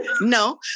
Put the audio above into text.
No